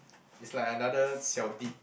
it's like another xiao deep